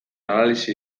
analisi